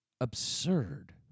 absurd